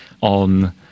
on